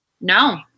No